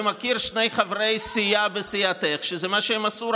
אני מכיר שני חברי סיעה בסיעתך שזה מה שהם עשו,